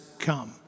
come